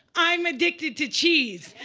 i'm addicted to cheese.